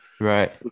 Right